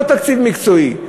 לא תקציב מקצועי,